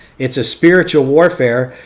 it's a spiritual warfare.